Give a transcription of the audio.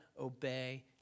obey